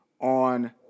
on